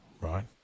right